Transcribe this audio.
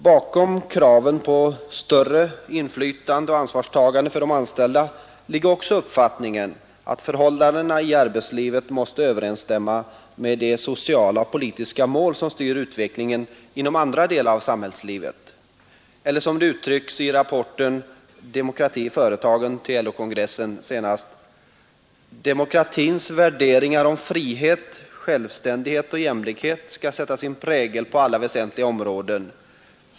Bakom kraven på större inflytande och ansvarstagande för de anställda ligger också uppfattningen att förhållandena i arbetslivet måste överensstämma med de sociala och politiska mål som styr utvecklingen inom andra delar av samhällslivet. Eller, som det uttrycks i rapporten ”Demokrati i företagen” till LO-kongressen: ”Demokratins värderingar om frihet, självständighet och jämlikhet skall sätta sin prägel på alla väsentliga områden.